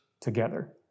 together